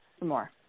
more